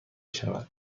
شود